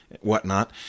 whatnot